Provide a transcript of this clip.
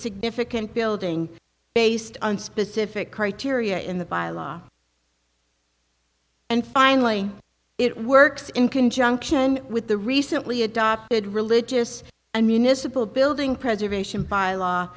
significant building based on specific criteria in the bylaw and finally it works in conjunction with the recently adopted religious and municipal building preservation by law